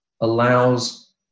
allows